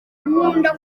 nkunda